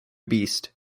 beast